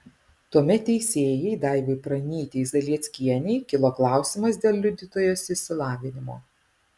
tuomet teisėjai daivai pranytei zalieckienei kilo klausimas dėl liudytojos išsilavinimo